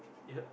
yup